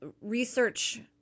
research